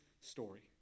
story